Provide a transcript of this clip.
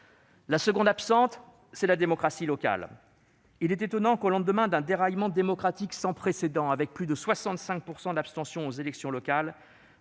La seconde absente, c'est la démocratie locale. Il est étonnant qu'au lendemain d'un déraillement démocratique sans précédent, avec plus de 65 % d'abstention aux élections locales,